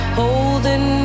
holding